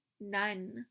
none